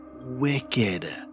wicked